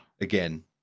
again